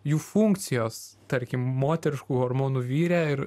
jų funkcijos tarkim moteriškų hormonų vyre ir